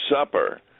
Supper